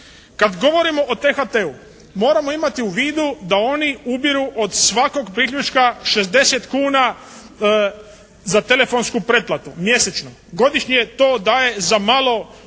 Kad govorimo o THT-u moramo imati u vidu da oni ubiru od svakog priključka 60 kuna za telefonsku pretplatu mjesečno, godišnje to daje za malo